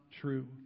true